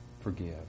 forgive